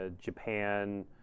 Japan